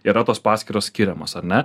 yra tos paskyros skiriamos ar ne